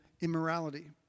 immorality